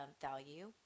value